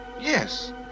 Yes